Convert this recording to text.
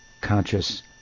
conscious